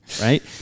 Right